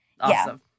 Awesome